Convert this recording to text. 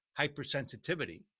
hypersensitivity